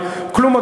אבל לא הוצג נייר,